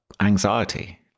anxiety